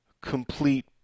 complete